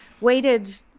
waited